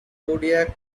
zodiac